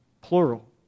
Plural